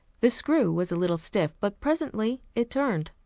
the screw was a little stiff, but presently it turned.